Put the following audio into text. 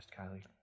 Kylie